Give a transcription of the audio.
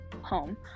home